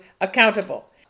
accountable